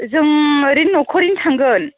जों ओरैनो न'खरैनो थांगोन